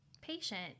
patient